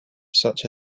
such